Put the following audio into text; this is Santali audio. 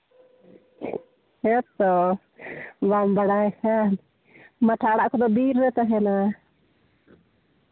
ᱦᱮᱸ ᱛᱚ ᱵᱟᱢ ᱵᱟᱲᱟᱭᱟ ᱵᱟᱝ ᱢᱟᱴᱷᱟ ᱟᱲᱟᱜ ᱠᱚᱫᱚ ᱵᱤᱨ ᱨᱮ ᱛᱟᱦᱮᱱᱟ